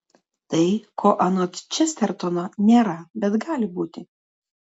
tai ko anot čestertono nėra bet gali būti